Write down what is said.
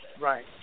Right